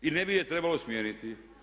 I ne bi je trebalo smijeniti.